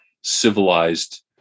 civilized